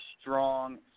strong